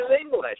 English